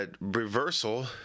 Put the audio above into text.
reversal